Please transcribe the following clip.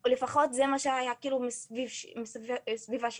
לפחות זה מה שהן ראו בסביבה שלהן.